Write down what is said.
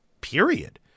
period